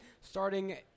Starting